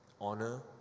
honor